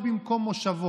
אנחנו מעבירים לכם כסף?